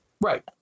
Right